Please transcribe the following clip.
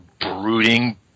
brooding